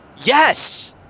Yes